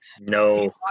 no